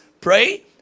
pray